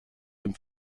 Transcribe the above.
dem